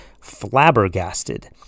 flabbergasted